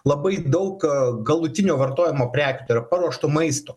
labai daug a galutinio vartojimo prekių tai yra paruošto maisto